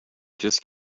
just